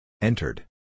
Entered